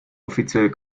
offiziell